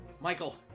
Michael